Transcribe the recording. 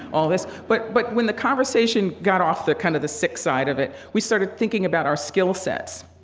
all this. but but when the conversation got off the kind of the sick side of it, we started thinking about our skill sets.